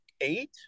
eight